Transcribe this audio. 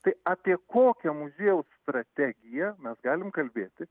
tai apie kokią muziejaus strategiją mes galim kalbėti